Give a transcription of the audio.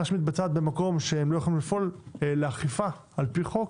שמבצעת במקום שלא יכולים לפעול לאכיפה על פי חוק,